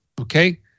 Okay